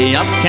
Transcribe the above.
up